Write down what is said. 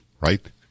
right